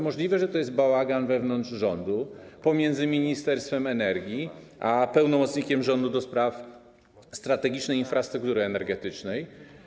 Możliwe, że bałagan jest wewnątrz rządu, pomiędzy Ministerstwem Energii a pełnomocnikiem rządu do spraw strategicznej infrastruktury energetycznej.